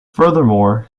furthermore